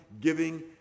giving